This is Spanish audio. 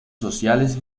sociales